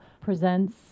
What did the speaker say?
presents